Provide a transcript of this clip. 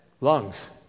Lungs